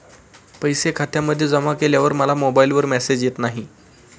पैसे खात्यामध्ये जमा केल्यावर मला मोबाइलवर मेसेज येत नाही?